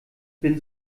bin